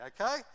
okay